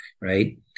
right